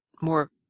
more